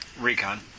Recon